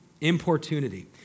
Importunity